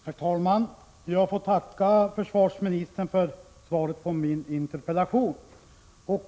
Herr talman! Jag får tacka försvarsministern för svaret på min interpellation.